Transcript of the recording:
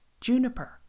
juniper